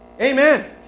Amen